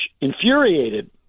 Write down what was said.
infuriated